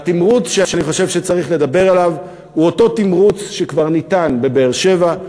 והתמרוץ שאני חושב שצריך לדבר עליו הוא אותו תמרוץ שכבר ניתן בבאר-שבע: